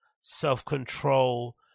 self-control